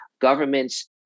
Governments